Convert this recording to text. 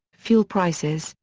fuel prices,